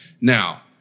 Now